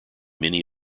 many